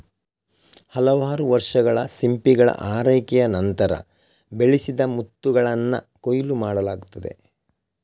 ಹಲವಾರು ವರ್ಷಗಳ ಸಿಂಪಿಗಳ ಆರೈಕೆಯ ನಂತರ, ಬೆಳೆಸಿದ ಮುತ್ತುಗಳನ್ನ ಕೊಯ್ಲು ಮಾಡಲಾಗ್ತದೆ